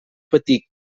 petit